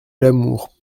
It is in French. l’amour